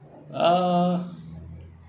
uh